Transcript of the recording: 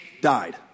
died